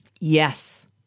Yes